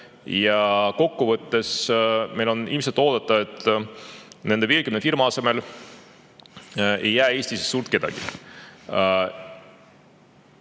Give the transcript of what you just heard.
ja kokkuvõttes on ilmselt oodata, et nende 50 firma asemele ei jää Eestisse suurt kedagi.